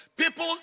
People